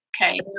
Okay